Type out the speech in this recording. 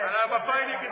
על המפא"יניקים.